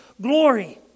glory